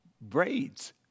braids